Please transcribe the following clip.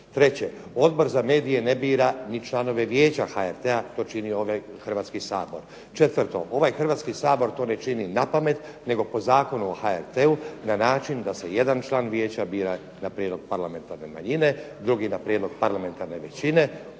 Treće, Odbor za medije ne bira ni članove Vijeća HRT-a. To čini ovaj Hrvatski sabor. Četvrto, ovaj Hrvatski sabor to ne čini na pamet nego po Zakonu o HRT-u na način da se jedan član vijeća bira na prijedlog parlamentarne manjine, drugi na prijedlog parlamentarne većine.